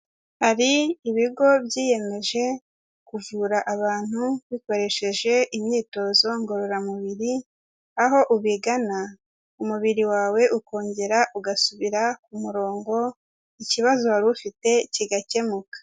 Hari ibigo byiyemeje kuvura abantu, bikoresheje imyitozo ngororamubiri, aho ubigana umubiri wawe ukongera ugasubira ku murongo, ikibazo wari ufite kigakemuka.